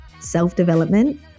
self-development